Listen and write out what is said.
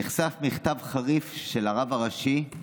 נחשף מכתב חריף של הרב הראשי,